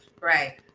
Right